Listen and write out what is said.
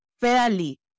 fairly